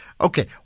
Okay